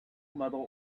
medal